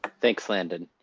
thanks, landon.